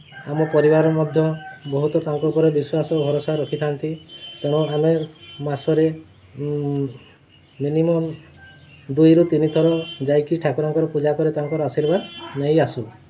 ଆମ ପରିବାର ମଧ୍ୟ ବହୁତ ତାଙ୍କ ଉପରେ ବିଶ୍ୱାସ ଓ ଭରସା ରଖିଥାନ୍ତି ତେଣୁ ଆମେ ମାସରେ ମିନିମମ୍ ଦୁଇରୁ ତିନି ଥର ଯାଇକି ଠାକୁରଙ୍କର ପୂଜା କରି ତାଙ୍କର ଆଶୀର୍ବାଦ ନେଇ ଆସୁ